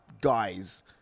guys